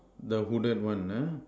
the hooded one ah